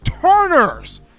Turner's